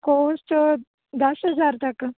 cost ਦਸ ਹਜਾਰ ਤੱਕ